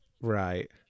Right